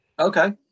Okay